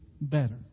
better